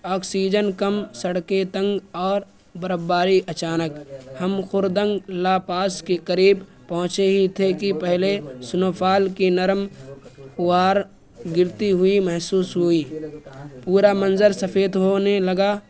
oxygen کم سڑکیں تنگ اور برفباری اچانک ہم خردنگ لا پاس کے قریب پہنچے ہی تھے کہ پہلے سنو فال کی نرم وار گرتی ہوئی محسوس ہوئی پورا منظر سفید ہونے لگا